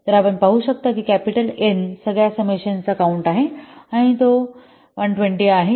तर आपण पाहू शकता कॅपिटल एन सगळ्या समेशन चा काउन्ट आहे आणि तो 120 आहे